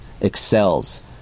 excels